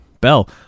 bell